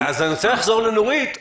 אני רוצה לחזור לנורית ולשאול: